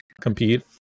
compete